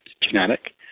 genetic